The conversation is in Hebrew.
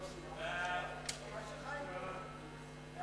סעיפים 1 2